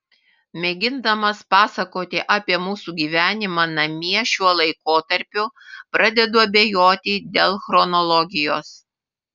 mėgindamas pasakoti apie mūsų gyvenimą namie šiuo laikotarpiu pradedu abejoti dėl chronologijos